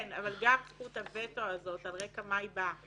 כן, אבל גם זכות הווטו הזאת, על רקע מה היא באה?